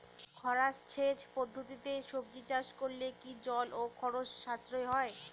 খরা সেচ পদ্ধতিতে সবজি চাষ করলে কি জল ও খরচ সাশ্রয় হয়?